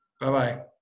Bye-bye